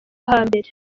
hambere